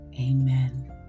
Amen